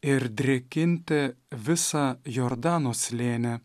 ir drėkinti visą jordano slėnį